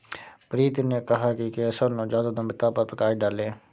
प्रीति ने कहा कि केशव नवजात उद्यमिता पर प्रकाश डालें